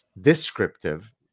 descriptive